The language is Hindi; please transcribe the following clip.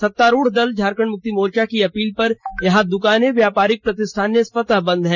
सत्तारूढ़ दल झामुमो की अपील पर यहां दुकाने व्यापारिक प्रतिष्ठाने स्वतः बंद है